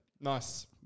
Nice